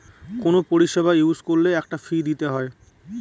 কোনো পরিষেবা ইউজ করলে একটা ফী দিতে হয়